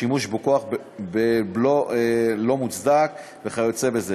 שימוש בכוח לא מוצדק וכיוצא בזה.